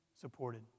supported